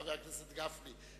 חבר הכנסת גפני,